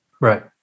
Right